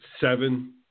seven